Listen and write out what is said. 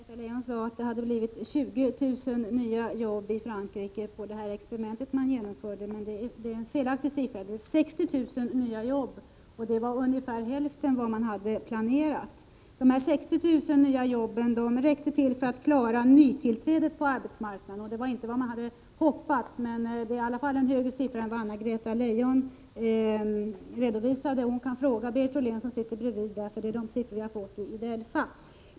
Herr talman! Anna-Greta Leijon sade att det hade blivit 20 000 nya jobb i Frankrike genom experimentet man gjorde, men det är en felaktig siffra. Det blev 60 000 nya jobb, och det var ungefär hälften av vad man hade planerat. De här 60 000 nya jobben räckte till för att klara nytillträdet på arbetsmarknaden. Det var inte vad man hade hoppats, men det är i alla fall en högre siffra än vad Anna-Greta Leijon redovisade. Hon kan fråga Berit Rollén, som sitter bredvid henne, för det är de siffror vi har fått i DELFA.